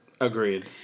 Agreed